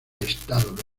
estado